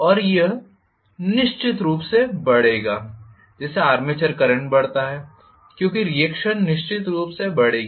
और यह निश्चित रूप से बढ़ेगा जैसे आर्मेचर करंट बढ़ता है क्योंकि रीएक्शन निश्चित रूप से बढ़ेगी